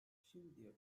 şimdiye